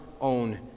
own